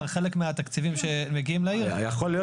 חלק מהתקציבים שמגיעים לעיר -- יכול להיות